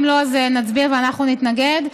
אם לא, נצביע ואנחנו נתנגד.